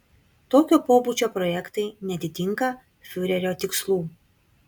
tokio pobūdžio projektai neatitinka fiurerio tikslų